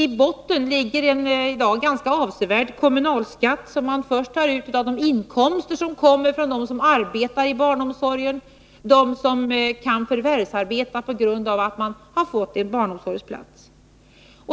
I botten ligger ju en i dag ganska avsevärd kommunalskatt, som man först tar ut av de inkomster som kommer från dem som arbetar i barnomsorgen och från dem som kan förvärvsarbeta på grund av att de har fått en barnomsorgsplats.